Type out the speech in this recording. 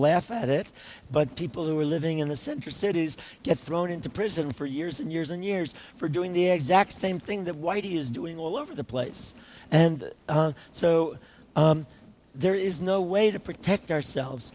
laugh at it but people who are living in the center cities get thrown into prison for years and years and years for doing the exact same thing that whitey is doing all over the place and so there is no way to protect ourselves